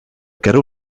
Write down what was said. quero